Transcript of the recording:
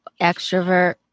extrovert